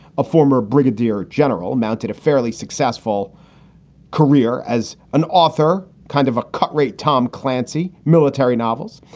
a former brigadier general, mounted a fairly successful career as an author, kind of a cut rate. tom clancy, military novels.